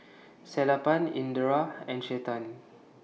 Sellapan Indira and Chetan